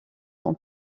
son